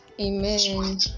Amen